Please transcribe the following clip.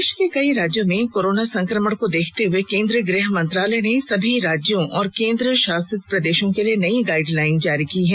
देश के कई राज्यों में कोरोना संक्रमण को देखते हुए केंद्रीय गृह मंत्रालय ने सभी राज्यों और केंद्र शासित प्रदेशों के लिए नई गाइडलाइन जारी की हैं